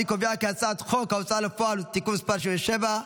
אני קובע כי הצעת חוק ההוצאה לפועל (תיקון מס' 77),